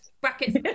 brackets